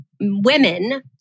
women